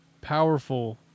powerful